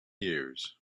years